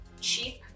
cheap